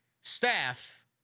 staff